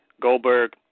Goldberg